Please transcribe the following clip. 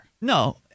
No